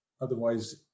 otherwise